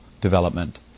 development